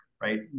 right